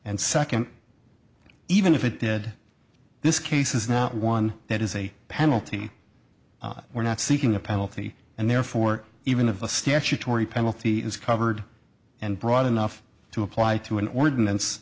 second even if it dead this case is not one that is a penalty we're not seeking a penalty and therefore even of the statutory penalty is covered and broad enough to apply to an ordinance